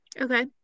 Okay